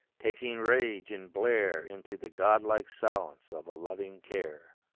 taking rage and blare into the godlike silence of a loving care.